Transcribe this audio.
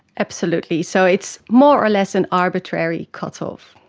absolutely, so it's more or less an arbitrary cut-off.